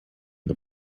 the